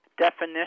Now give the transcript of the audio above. definition